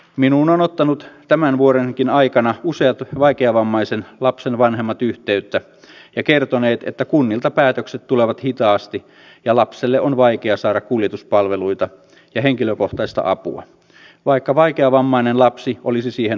minuun ovat ottaneet tämänkin vuoden aikana useat vaikeavammaisen lapsen vanhemmat yhteyttä ja kertoneet että kunnilta päätökset tulevat hitaasti ja lapselle on vaikea saada kuljetuspalveluita ja henkilökohtaista apua vaikka vaikeavammainen lapsi olisi siihen oikeutettu